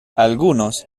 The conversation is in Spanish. algunos